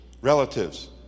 relatives